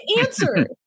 answer